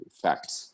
facts